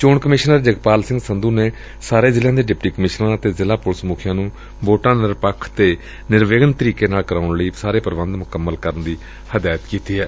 ਚੋਣ ਕਮਿਸ਼ਨਰ ਜਗਪਾਲ ਸਿੰਘ ਸੰਧੂ ਨੇ ਸਾਰੇ ਜ਼ਿਲ੍ਹਿਆਂ ਦੇ ਡਿਪਟੀ ਕਮਿਸ਼ਨਰਾਂ ਅਤੇ ਜ਼ਿਲ੍ਹਾ ਪੁਲਿਸ ਮੁਖੀਆਂ ਨੂੰ ਵੋਟਾਂ ਨਿਰਪੱਖ ਅਤੇ ਨਿਰਵਿਘਨ ਤਰੀਕੇ ਨਾਲ ਕਰਾਉਣ ਲਈ ਸਾਰੇ ਪ੍ਰਬੰਧ ਮੁਕੰਮਲ ਕਰਨ ਵਾਸਤੇ ਹਦਾਇਤ ਕੀਤੀ ਏ